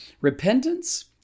repentance